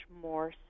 more